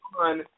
on